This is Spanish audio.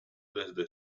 desde